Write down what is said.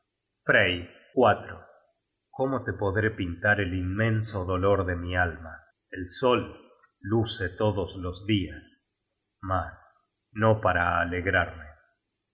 sala frey cómo te podré pintar el inmenso dolor de mi alma el sol luce todos los dias mas no para alegrarme